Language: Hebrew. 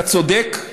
אתה צודק.